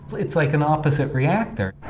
it's like an opposite reactor.